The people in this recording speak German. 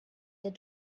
der